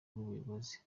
nk’umuyobozi